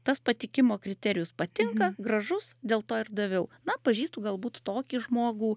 tas patikimo kriterijus patinka gražus dėl to ir daviau na pažįstu galbūt tokį žmogų